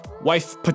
wife